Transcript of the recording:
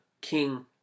King